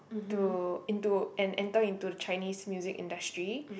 to into and enter into the Chinese music industry